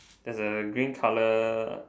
there's a green color